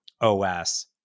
OS